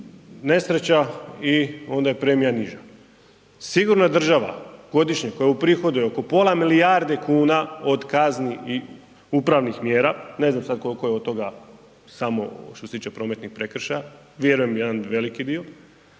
nesreća i onda je premija niža. Sigurna država godišnje koja uprihoduje oko pola milijarde kuna od kazni i upravnih mjera, ne znam sad koliko je od toga samo što se tiče prometnih prekršaja, vjerujem jedan veliki dio